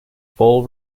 fall